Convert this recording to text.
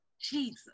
jesus